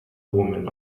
woman